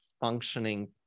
functioning